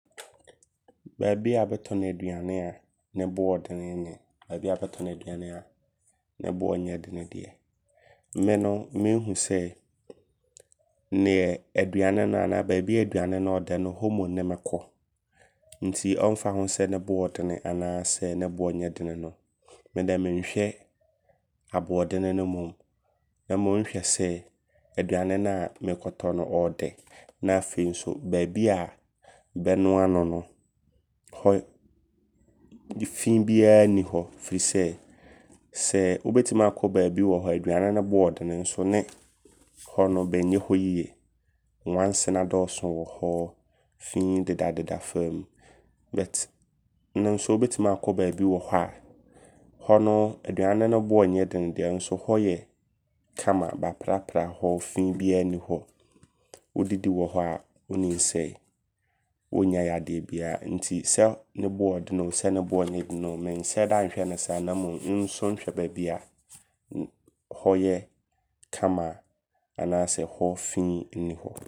Baabi a bɛtɔno aduane a ne boɔ ɔɔdene ne baabi a bɛtɔno aduane a ne boɔ nyɛ dene deɛ. Me no menhu sɛ, nea aduane no baabi a aduane no ɔɔdɛ no hɔ mmom ne mɛkɔ. Nti ɔmfa ho sɛ ne boɔ ɔɔdene anaa sɛ ne boɔ nyɛ dene no. Medɛ menhwɛ aboɔdene no mmom. Na mmom nhwɛ sɛ, aduane naa meekɔtɔ no ɔɔdɛ. Na afei nso baabia bɛnoa no no hɔ fi biaa nni hɔ. Firi sɛ, sɛ wobɛtim akɔ baabi hɔ aduane no boɔ ɔɔdene. Nso ne hɔ no bɛnyɛ no yie. Nwansena dɔɔso wɔ hɔ. Fi dedadeda fam. Ne nso wobɛtim akɔ baabi wɔ hɔ a, hɔ no aduane ne boɔ nyɛ dene. Nso hɔ yɛ kama. Baaprapra hɔ. Fi biaa nni hɔ. Wodidi wɔ hɔ a wonim sɛ, wonnya yadeɛ biaa. Nti sɛ ne boɔ ɔɔdene oo. Sɛ ne boɔ nyɛ dene oo mehyɛda nhwɛ ne saa. Ne mmom nso nhwɛ baabia hɔ yɛ kama. Anaasɛ hɔ fi nni hɔ.